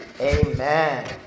amen